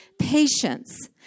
patience